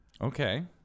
Okay